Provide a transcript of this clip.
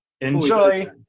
Enjoy